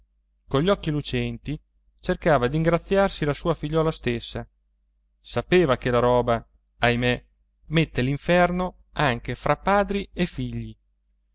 denari cogli occhi lucenti cercava d'ingraziarsi la sua figliuola stessa sapeva che la roba ahimè mette l'inferno anche fra padri e figli